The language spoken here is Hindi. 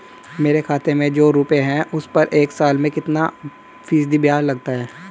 मेरे खाते में जो रुपये हैं उस पर एक साल में कितना फ़ीसदी ब्याज लगता है?